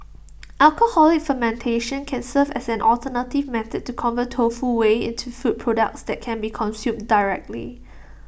alcoholic fermentation can serve as an alternative method to convert tofu whey into food products that can be consumed directly